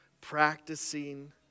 practicing